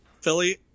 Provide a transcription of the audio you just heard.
philly